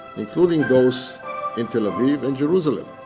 including those in tel-aviv and jerusalem.